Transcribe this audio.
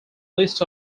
list